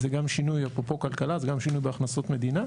אפרופו כלכלה, זה גם שינוי בהכנסות מדינה.